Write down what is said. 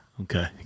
Okay